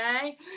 okay